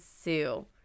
sue